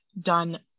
done